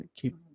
keep